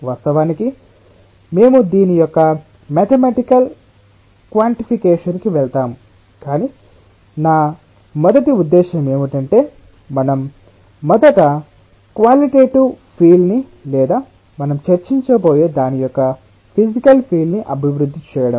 వాస్తవానికి మేము దీని యొక్క మ్యాతేమెటికల్ క్వాన్టిఫికెషన్ కి వెళ్తాము కాని నా మొదటి ఉద్దేశ్యం ఏమిటంటే మనం మొదట క్వాలిటెటివ్ ఫీల్ ని లేదా మనం చర్చించబోయే దాని యొక్క ఫిసికల్ ఫీల్ ని అభివృద్ధి చేయడమే